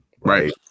right